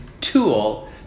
tool